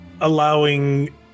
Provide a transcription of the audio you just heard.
allowing